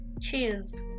Cheers